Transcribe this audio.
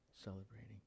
celebrating